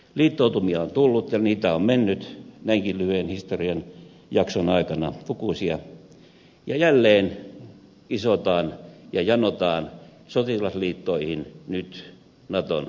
liittoutumia on tullut ja niitä on mennyt näinkin lyhyen historian jakson aikana lukuisia ja jälleen isotaan ja janotaan sotilasliittoihin nyt naton jäseneksi